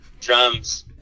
drums